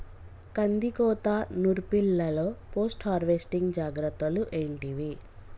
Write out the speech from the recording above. కందికోత నుర్పిల్లలో post harvesting జాగ్రత్తలు ఏంటివి?